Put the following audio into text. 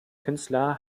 künstler